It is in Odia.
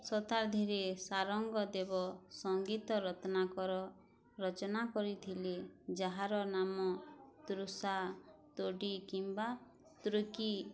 ଶତାବ୍ଦୀରେ ଶାରଙ୍ଗଦେବ ସଙ୍ଗୀତ ରତ୍ନାକର ରଚନା କରିଥିଲେ ଯାହାର ନାମ ତୃଷା ତୋଡ଼ି କିମ୍ବା ତୃକି